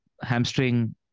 hamstring